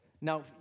Now